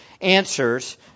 answers